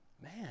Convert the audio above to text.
man